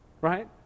Right